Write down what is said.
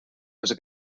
els